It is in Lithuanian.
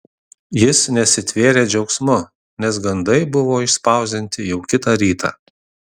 jis nesitvėrė džiaugsmu nes gandai buvo išspausdinti jau kitą rytą